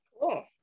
Cool